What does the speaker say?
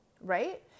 Right